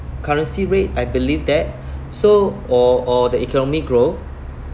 currency rate I believe that so or or the economic growth